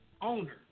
owner